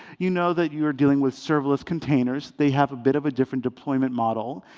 you know that you're dealing with serverless containers. they have a bit of a different deployment model.